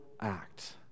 act